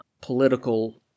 political